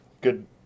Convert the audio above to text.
good